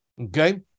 Okay